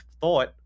thought